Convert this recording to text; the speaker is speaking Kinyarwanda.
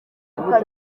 ngombwa